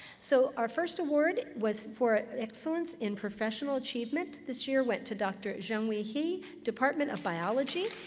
so our first award was for excellence in professional achievement this year went to dr. zheng-hui he, department of biology,